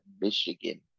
Michigan